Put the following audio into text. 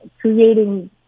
creating